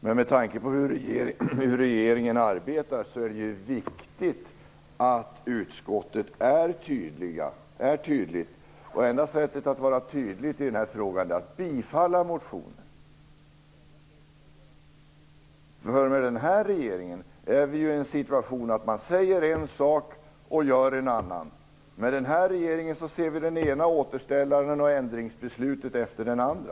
Men med tanke på hur regeringen arbetar är det viktigt att utskottet är tydligt. Enda sättet att vara tydlig i den här frågan är att bifalla motionen. Den här regeringen säger en sak och gör en annan. Med denna regering ser vi det ena återställarbeslutet och ändringsbeslutet efter det andra.